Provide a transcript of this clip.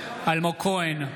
אלמוג כהן,